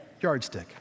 Yardstick